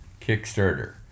Kickstarter